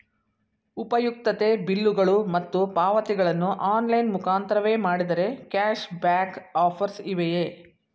ಉಪಯುಕ್ತತೆ ಬಿಲ್ಲುಗಳು ಮತ್ತು ಪಾವತಿಗಳನ್ನು ಆನ್ಲೈನ್ ಮುಖಾಂತರವೇ ಮಾಡಿದರೆ ಕ್ಯಾಶ್ ಬ್ಯಾಕ್ ಆಫರ್ಸ್ ಇವೆಯೇ?